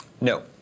No